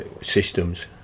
systems